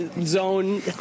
zone